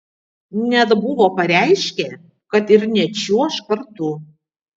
net buvo pareiškę kad ir nečiuoš kartu